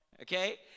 Okay